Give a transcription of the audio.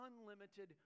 unlimited